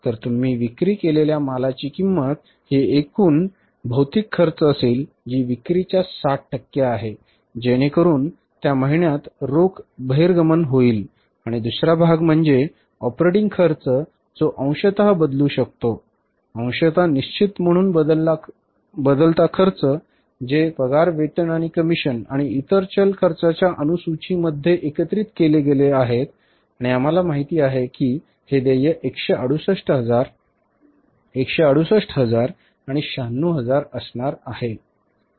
तर तुम्ही विक्री केलेल्या मालाची किंमत ही एकूण भौतिक खर्च असेल जी विक्रीच्या 60 टक्के आहे जेणेकरून त्या महिन्यात रोख बहिर्गमन होईल आणि दुसरा भाग म्हणजे ऑपरेटिंग खर्च जो अंशतः बदलू शकतो अंशतः निश्चित म्हणून बदलता खर्च जे पगार वेतन आणि कमिशन आणि इतर चल खर्चाच्या अनुसूचीमध्ये एकत्रित केले गेले आहेत आणि आम्हाला माहिती आहे की हे देय 168 हजार 168 हजार आणि 96 हजार असणार आहे